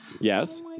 yes